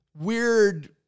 weird